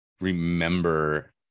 remember